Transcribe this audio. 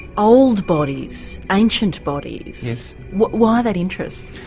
old bodies, ancient bodies, why that interest?